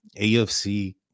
AFC